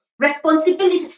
responsibility